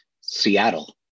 seattle